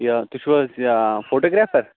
یہِ تُہۍ چھُو حظ آ فوٹوٗگرٛافر